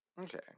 Okay